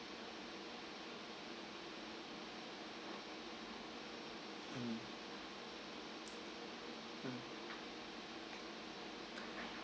mm mm